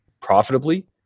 profitably